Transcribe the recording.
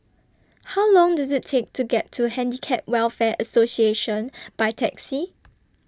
How Long Does IT Take to get to Handicap Welfare Association By Taxi